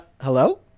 hello